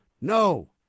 no